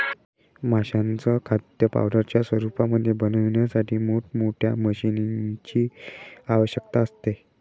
माशांचं खाद्य पावडरच्या रूपामध्ये बनवण्यासाठी मोठ मोठ्या मशीनीं ची आवश्यकता असते